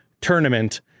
tournament